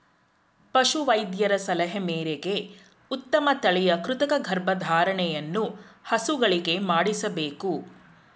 ಪಶು ವೈದ್ಯರ ಸಲಹೆ ಮೇರೆಗೆ ಉತ್ತಮ ತಳಿಯ ಕೃತಕ ಗರ್ಭಧಾರಣೆಯನ್ನು ಹಸುಗಳಿಗೆ ಮಾಡಿಸಬೇಕು